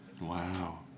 Wow